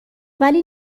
ولی